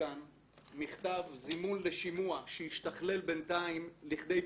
מכתב זימון לשימוע שהשתכלל בינתיים לכדי פיטורים.